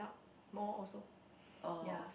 more also ya